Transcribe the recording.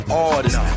artist